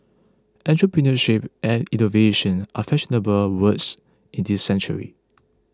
entrepreneurship and innovation are fashionable words in this century